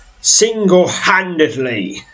single-handedly